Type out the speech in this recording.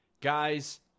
guys